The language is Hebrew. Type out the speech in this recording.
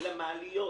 למעליות